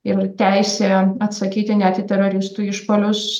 ir teisę atsakyti net į teroristų išpuolius